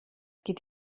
geht